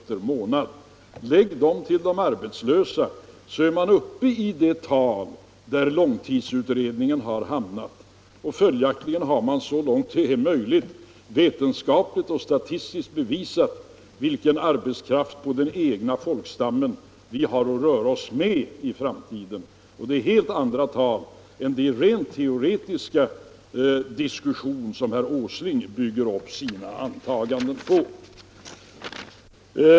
Om det antalet läggs till antalet arbetslösa är vi uppe i det tal långtidsutredningen anger, och vi har följaktligen så långt det är möjligt vetenskapligt och statistiskt bevisat hur stor arbetskraft inom den egna folkstammen vi har att röra oss med i framtiden. Och det är helt andra tal än i herr Åslings rent teoretiska diskussion.